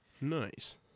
Nice